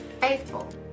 faithful